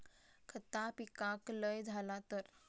खता पिकाक लय झाला तर?